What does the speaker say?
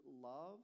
love